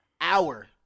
hour